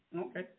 Okay